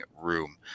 room